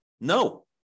No